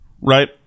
right